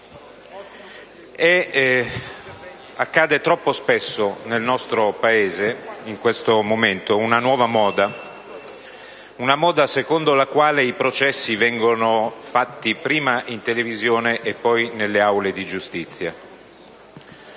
Troppo spesso nel nostro Paese si manifesta una nuova moda, una moda secondo la quale i processi vengono fatti, prima in televisione, poi nelle aule di giustizia.